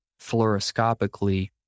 fluoroscopically